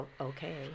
okay